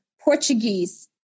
Portuguese